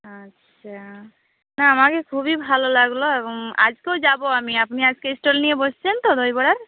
আচ্ছা না আমাকে খুবই ভালো লাগলো এবং আজকেও যাবো আমি আপনি আজকে স্টল নিয়ে বসছেন তো দইবড়ার